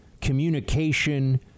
communication